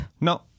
No